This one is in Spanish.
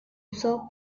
uso